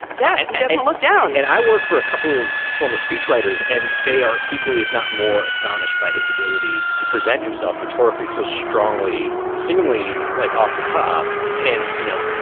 yeah. he doesn't look down. and i worked for a couple of former speechwriters and they are equally, if not more astonished by his ability to present himself rhetorically so strongly, seemingly like off the cuff. and, you know,